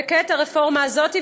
וכעת הרפורמה הזאת.